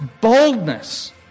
boldness